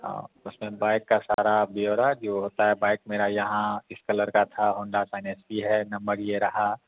हाँ उसमें बाइक का सारा ब्योरा जो होता है बाइक मेरा यहाँ इस कलर का था हौंडा साइन एस पी है नंबर ये रहा